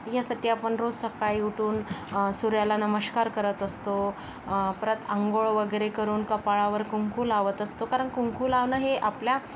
यासाठी आपण रोज सकाळी उठून सूर्याला नमस्कार करत असतो परत आपण अंघोळ वगैरे करून कपाळावर कुंकू लावत असतो कारण कुंकू लावणं हे आपल्या